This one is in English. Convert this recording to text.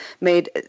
made